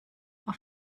auf